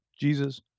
Jesus